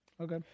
Okay